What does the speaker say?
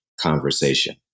conversation